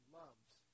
loves